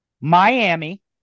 Miami